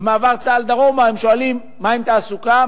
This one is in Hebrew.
במעבר צה"ל דרומה, הם שואלים: מה עם תעסוקה?